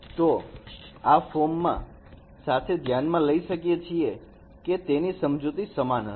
તો આ ફોર્મ સાથે આપણે ધ્યાનમાં લઇ શકીએ છીએ કે તેની સમજૂતી સમાન હશે